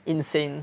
insane